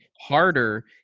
harder